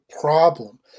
problem